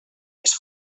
les